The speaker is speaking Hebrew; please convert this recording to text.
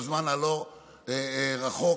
בזמן הלא-רחוק,